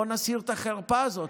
בוא נסיר את החרפה הזאת.